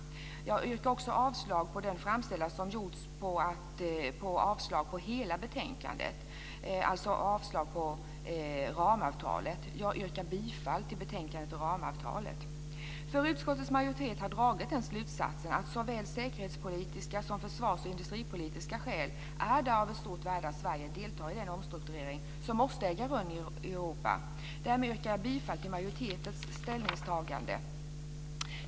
Jag yrkar också avslag på den framställan som har gjorts om att avslå hela betänkandet, alltså att avslå ramavtalet. Jag yrkar bifall till betänkandet och ramavtalet. Utskottets majoritet har dragit slutsatsen att det av såväl säkerhetspolitiska som försvars och industripolitiska skäl är av stort värde att Sverige deltar i den omstrukturering som måste äga rum i Europa. Därmed yrkar jag bifall till majoritetens ställningstagande.